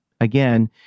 again